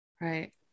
Right